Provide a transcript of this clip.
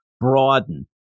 Broaden